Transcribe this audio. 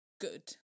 good